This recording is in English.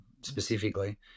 specifically